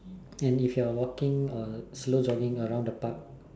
and if you're walking or slow jogging around the park